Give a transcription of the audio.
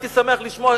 הייתי שמח לשמוע,